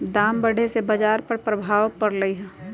दाम बढ़े से बाजार पर प्रभाव परलई ह